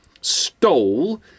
stole